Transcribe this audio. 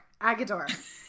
Agador